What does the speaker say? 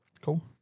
Cool